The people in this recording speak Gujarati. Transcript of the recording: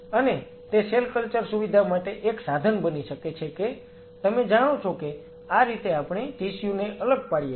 અને તે સેલ કલ્ચર સુવિધા માટે એક સાધન બની શકે છે કે તમે જાણો છો કે આ રીતે આપણે ટીસ્યુ ને અલગ પાડીએ છીએ